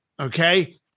okay